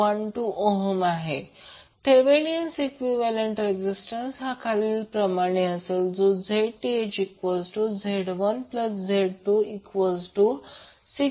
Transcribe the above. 2 Thevenin equivalent resistance हा खालील प्रमाणे ZThZ1Z26